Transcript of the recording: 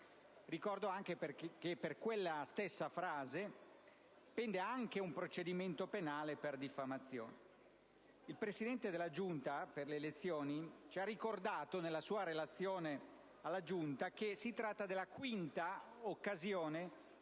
Ricordo che per quella stessa frase pende anche un procedimento penale per diffamazione. Il Presidente della Giunta delle elezioni e delle immunità parlamentari nella sua relazione ha ricordato che si tratta della quinta occasione